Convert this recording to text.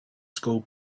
school